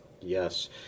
Yes